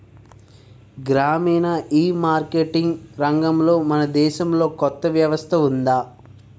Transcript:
గ్రామీణ ఈమార్కెటింగ్ రంగంలో మన దేశంలో కొత్త వ్యవస్థ ఉందా?